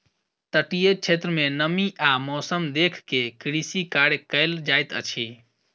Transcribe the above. तटीय क्षेत्र में नमी आ मौसम देख के कृषि कार्य कयल जाइत अछि